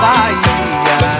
Bahia